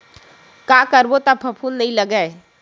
का करबो त फफूंद नहीं लगय?